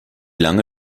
lange